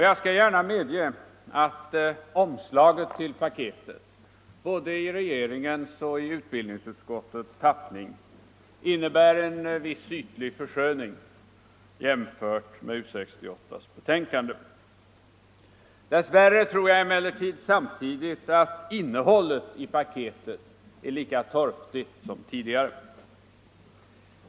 Jag skall gärna medge att omslaget till paketet både i regeringens och i utbildningsutskottets tappning innebär en viss ytlig försköning jämfört med U 68:s betänkande. Dess värre tror jag emellertid samtidigt att innehållet i paketet är lika torftigt som tidigare.